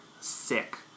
sick